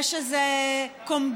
יש איזה קומבינה,